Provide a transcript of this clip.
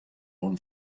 own